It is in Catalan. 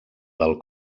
del